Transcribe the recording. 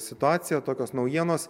situacija tokios naujienos